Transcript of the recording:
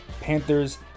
Panthers